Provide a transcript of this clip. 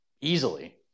easily